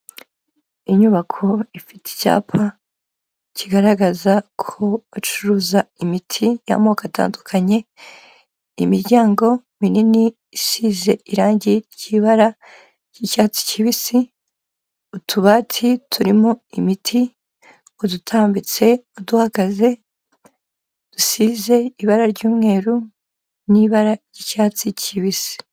Inyubako ifite icyapa kigaragaza ko bacuruza imitsi y'amoko atandukanye, imiryango minini isize irangi ry'ibara ry'icyatsi kibisi, utubati turimo imiti, udutambitse, uduhagaze dusize ibara ry'umweru n'ibara ry'icyatsi kibisi.